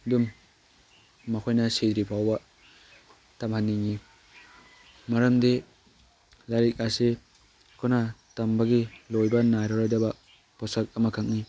ꯑꯗꯨꯝ ꯃꯈꯣꯏꯅ ꯁꯤꯗ꯭ꯔꯤꯐꯥꯎꯕ ꯇꯝꯍꯟꯅꯤꯡꯏ ꯃꯔꯝꯗꯤ ꯂꯥꯏꯔꯤꯛ ꯑꯁꯤ ꯑꯩꯈꯣꯏꯅ ꯇꯝꯕꯒꯤ ꯂꯣꯏꯕ ꯅꯥꯏꯔꯔꯣꯏꯗꯕ ꯄꯣꯠꯁꯛ ꯑꯃꯈꯛꯅꯤ